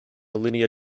linear